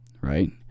Right